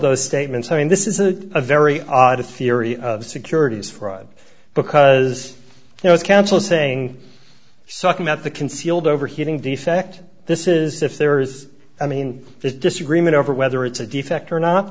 those statements i mean this is a a very odd theory of securities fraud because there was counsel saying something about the concealed overheating defect this is if there is i mean there's disagreement over whether it's a defect or not